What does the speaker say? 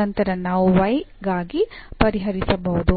ನಂತರ ನಾವು y ಗಾಗಿ ಪರಿಹರಿಸಬಹುದು